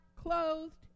clothed